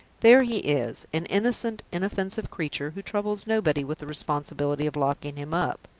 there he is, an innocent, inoffensive creature, who troubles nobody with the responsibility of locking him up!